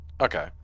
Okay